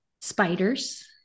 spiders